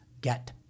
get